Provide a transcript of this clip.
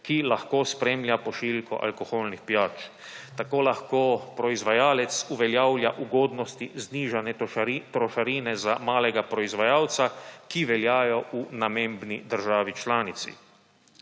ki lahko spremlja pošiljko alkoholnih pijač. Tako lahko proizvajalec uveljavlja ugodnosti znižane trošarine za malega proizvajalca, ki veljajo v namembni državi članici.